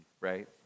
right